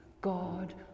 God